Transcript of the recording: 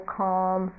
calm